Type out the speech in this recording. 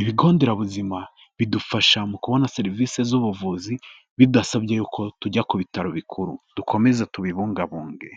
Ibigo nderabuzima bidufasha mu kubona serivise z'ubuvuzi bidasabye y'uko tujya ku bitaro bikuru. Dukomeze tubibungabunge.